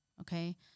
okay